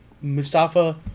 Mustafa